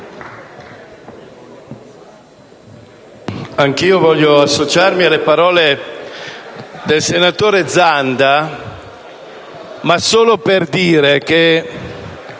anch'io voglio associarmi alle parole del senatore Zanda. Vorrei solo dire che